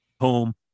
home